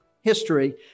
history